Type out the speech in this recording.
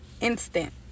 instant